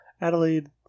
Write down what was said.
Adelaide